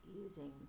using